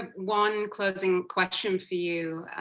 one closing question for you,